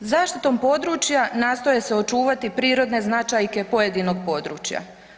Zaštitom područja nastoje se očuvati prirode značajke pojedinog područja.